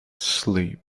sleep